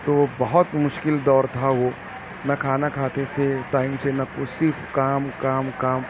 تو بہت مشکل دور تھا وہ نہ کھانا کھاتے تھے ٹائم سے نہ کچھ صرف کام کام کام